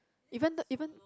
even though even